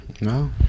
No